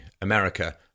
America